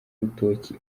rutoki